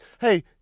hey